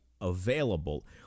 available